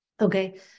Okay